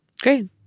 great